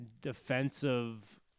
defensive